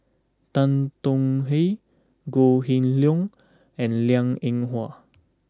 Tan Tong Hye Goh Kheng Long and Liang Eng Hwa